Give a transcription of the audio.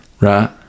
Right